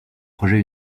projet